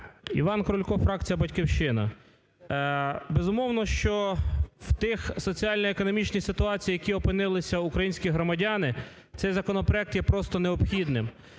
Іван Крулько, фракція "Батьківщина". Безумовно, що в тій соціально-економічній ситуації, в якій опинилися українські громадяни, цей законопроект є просто необхідним.